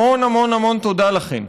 המון המון המון תודה לכן.